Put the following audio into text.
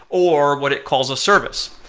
or what it calls a service.